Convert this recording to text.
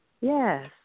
Yes